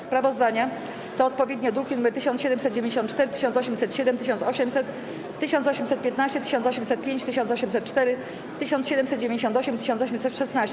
Sprawozdania to odpowiednio druki nr 1794, 1807, 1800, 1815, 1805, 1804, 1798 i 1816.